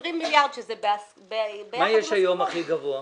20 מיליארד -- מה יש היום הכי גבוה?